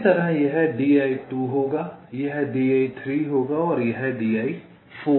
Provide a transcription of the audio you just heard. इसी तरह यह di2 होगा यह di3 होगा और यह di4 होगा